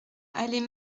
allée